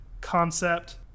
concept